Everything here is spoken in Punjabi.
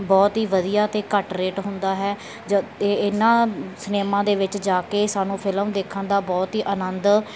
ਬਹੁਤ ਹੀ ਵਧੀਆ ਅਤੇ ਘੱਟ ਰੇਟ ਹੁੰਦਾ ਹੈ ਜ ਇਹਨਾਂ ਸਿਨੇਮਾ ਦੇ ਵਿੱਚ ਜਾ ਕੇ ਸਾਨੂੰ ਫਿਲਮ ਦੇਖਣ ਦਾ ਬਹੁਤ ਹੀ ਆਨੰਦ